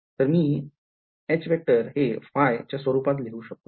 तर मी हे ø च्या स्वरूपात लिहू शकतो